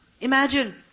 Imagine